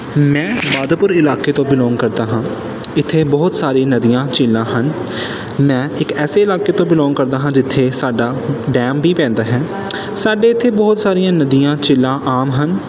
ਮੈਂ ਮਾਧੋਪੁਰ ਇਲਾਕੇ ਤੋਂ ਬਿਲੋਂਗ ਕਰਦਾ ਹਾਂ ਇੱਥੇ ਬਹੁਤ ਸਾਰੀ ਨਦੀਆਂ ਝੀਲਾਂ ਹਨ ਮੈਂ ਇੱਕ ਐਸੇ ਇਲਾਕੇ ਤੋਂ ਬਿਲੋਂਗ ਕਰਦਾ ਹਾਂ ਜਿੱਥੇ ਸਾਡਾ ਡੈਮ ਵੀ ਪੈਂਦਾ ਹੈ ਸਾਡੇ ਇੱਥੇ ਬਹੁਤ ਸਾਰੀਆਂ ਨਦੀਆਂ ਝੀਲਾਂ ਆਮ ਹਨ